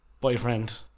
boyfriend